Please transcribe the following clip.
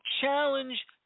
challenge